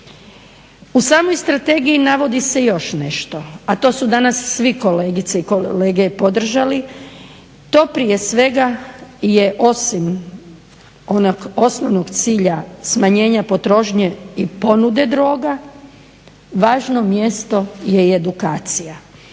U samoj strategiji navodi se još nešto, a to su danas svi kolegice i kolege podržali, to prije svega je osim onog osnovnog cilja smanjenja potrošnje i ponude droga, važno mjesto je i edukacija.